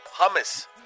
hummus